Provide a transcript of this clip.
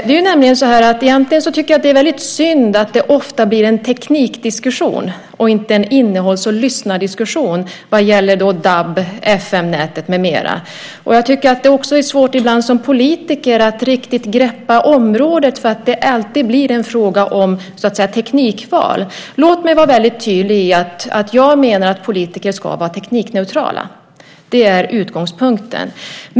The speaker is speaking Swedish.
Det är synd att det ofta blir en teknikdiskussion i stället för en innehålls och lyssnardiskussion. Man talar om DAB och FM-nätet och så vidare. Som politiker är det ibland svårt att greppa området. Det blir hela tiden en fråga om teknik. Jag menar att politiker ska vara teknikneutrala. Det är utgångspunkten.